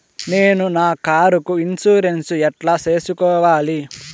నేను నా కారుకు ఇన్సూరెన్సు ఎట్లా సేసుకోవాలి